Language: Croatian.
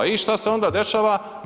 I šta se onda dešava?